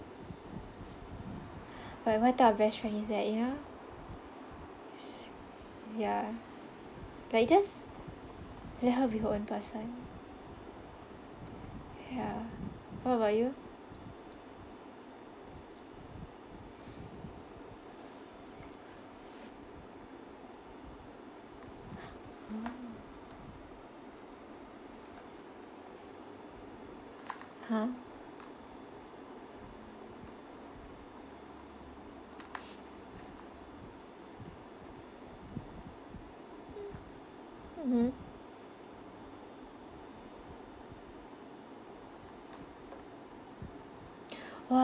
!wah! what type of best friend is that you know ya like just let her be her own person ya what about you mm !huh! mmhmm !wah!